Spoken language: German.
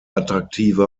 attraktive